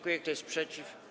Kto jest przeciw?